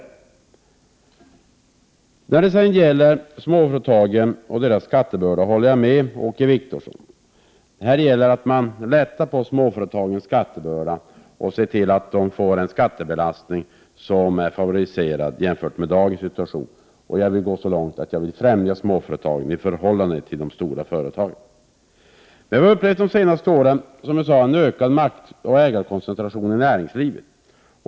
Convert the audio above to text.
När det gäller småföretagen och deras skattebörda håller jag med Åke Wictorsson. Man måste lätta på småföretagens skattebörda och se till att de får en skattebelastning som är favoriserad jämfört med dagens situation. Jag vill gå så långt att jag vill främja småföretagen i förhållande till de stora företagen. Under de senaste åren har vi kunnat se en ökad maktoch ägarkoncentration i näringslivet.